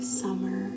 summer